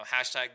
hashtag